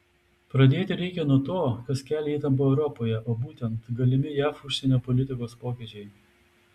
pradėti reikia nuo to kas kelia įtampą europoje o būtent galimi jav užsienio politikos pokyčiai